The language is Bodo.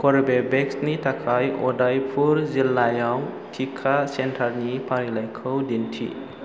कार्बेबेक्सनि थाखाय उदयपुर जिल्लायाव टिका सेन्टारनि फारिलाइखौ दिन्थि